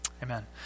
Amen